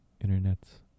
internet's